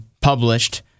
published